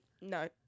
no